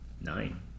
nine